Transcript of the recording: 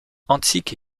antiques